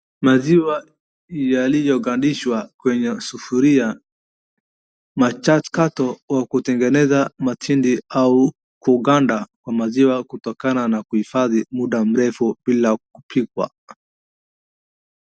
Maziwa yaliyogandishwa kwenye sufuria, machakato yenye kutengeneza matende au kuganda kwa maziwa kutoka na kuhifadhi kwa muda mrefu bila kupikwa.